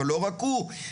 אבל לא רק הוא.